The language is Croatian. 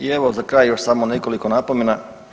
I evo, za kraj još samo nekoliko napomena.